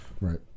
Right